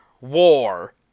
War